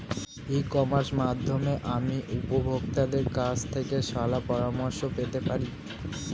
ই কমার্সের মাধ্যমে আমি উপভোগতাদের কাছ থেকে শলাপরামর্শ পেতে পারি?